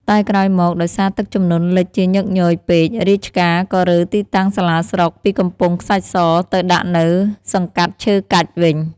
តែក្រោយមក ដោយសារទឹកជំនន់លិចជាញឹកញយពេក រាជការក៏រើទីតាំងសាលាស្រុកពីកំពង់ខ្សាច់ស ទៅដាក់នៅ សង្កាត់ឈើកាច់ វិញ។